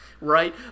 right